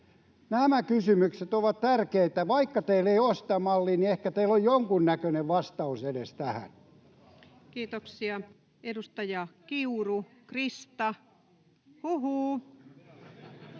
Nämä kysymykset ovat tärkeitä. Vaikka teillä ei ole sitä mallia, niin ehkä teillä on edes jonkun näköinen vastaus tähän. [Ben Zyskowicz: Totta kai!] Kiitoksia. — Edustaja Kiuru, Krista. Huhuu!